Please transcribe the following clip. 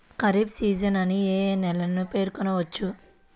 Kharif season అని ఏ ఏ నెలలను పేర్కొనవచ్చు?